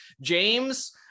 James